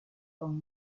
son